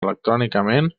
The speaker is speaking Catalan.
electrònicament